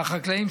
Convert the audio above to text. שהחקלאים,